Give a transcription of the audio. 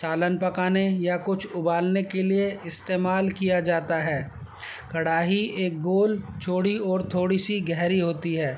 سالن پکانے یا کچھ ابالنے کے لیے استعمال کیا جاتا ہے کڑھاہی ایک گول چوڑی اور تھوڑی سی گہری ہوتی ہے